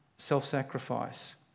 Self-sacrifice